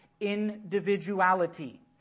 Individuality